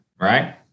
right